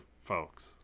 folks